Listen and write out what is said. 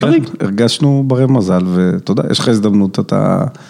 הרגשנו ברי מזל ותודה, יש לך הזדמנות אתה...